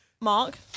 mark